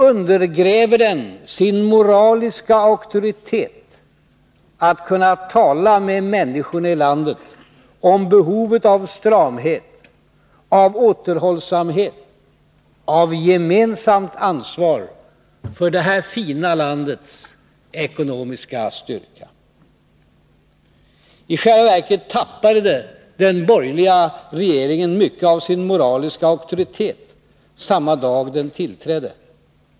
— ”undergräver den sin moraliska auktoritet att kunna tala med människorna i landet om behovet av stramhet, av återhållsamhet, av gemensamt ansvar för det här fina landets ekonomiska styrka.” I själva verket tappade den borgerliga regeringen mycket av sin moraliska auktoritet samma dag den tillträdde.